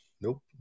Nope